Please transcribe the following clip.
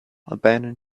abandoned